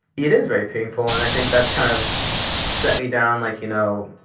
it is very painful. and i think that's kind of set me down, like, you know,